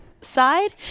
side